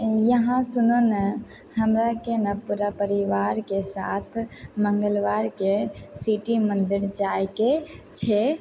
यहाँ सुनए ने हमराके ने पूरा परिवारके साथ मंगलवारके सिटी मन्दिर जायके छै